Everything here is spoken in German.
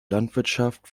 landwirtschaft